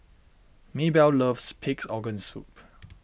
Maebell loves Pig's Organ Soup